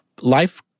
Life